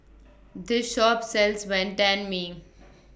This Shop sells Wantan Mee